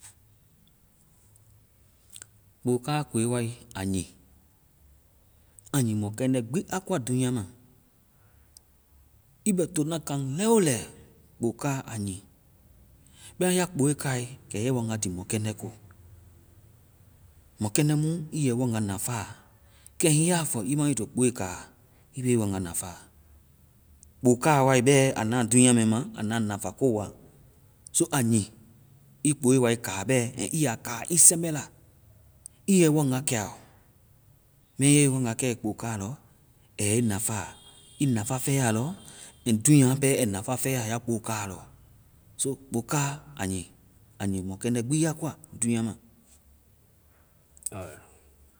Kpoka koe wae, a nyii. Aa nyii mɔkɛndɛ́ gbi a koa dunya ma. Ii bɛ tona kaŋ lɛolɛi, kpoka, a nyii. Bɛma ya kpoe kaae, kɛ ya i waŋa tii mɔkɛndɛ́ ko. Mɔkɛndɛ́ mu, i yɛ i waŋga nafaa. Kɛ hiŋi ya fɔ i ma wo ii to kpoe ka, i be i waŋga nafa. Kpokaa bɛ a na dúunya mɛɛ ma, a na nafa ko wa. So a nyii i kpoewae kaa bɛ. Ii ya kaa ii sɛmbɛ la. I yɛ i waŋga kɛ aɔ. Bɛma ya i waŋga kɛe kpoka lɔ, a yɛ ii nafa and dúunya pɛ ai nafa fɛya, ya kpokaa lɔ. So kpokaa, a nyii. A nyii mɔkɛndɛ́ gbi ya koa, dunya ma.